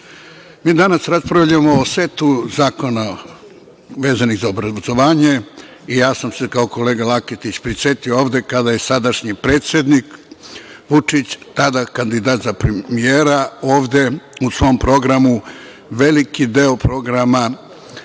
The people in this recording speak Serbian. danas raspravljamo o setu zakona vezanih za obrazovanje. Ja sam se kao kolega Laketić prisetio ovde kada je sadašnji predsednik Vučić, a tada kandidat za premijera, ovde u svom programu, veliki deo programa